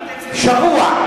שבוע.